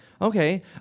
Okay